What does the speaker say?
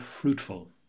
fruitful